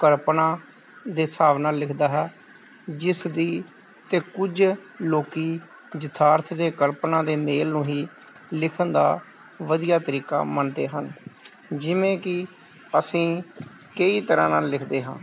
ਕਲਪਨਾ ਦੇ ਹਿਸਾਬ ਨਾਲ ਲਿਖਦਾ ਹੈ ਜਿਸ ਦੀ ਅਤੇ ਕੁਝ ਲੋਕ ਯਥਾਰਥ ਦੇ ਕਲਪਨਾ ਦੇ ਮੇਲ ਨੂੰ ਹੀ ਲਿਖਣ ਦਾ ਵਧੀਆ ਤਰੀਕਾ ਮੰਨਦੇ ਹਨ ਜਿਵੇਂ ਕਿ ਅਸੀਂ ਕਈ ਤਰ੍ਹਾਂ ਨਾਲ ਲਿਖਦੇ ਹਾਂ